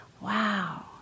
wow